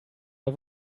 der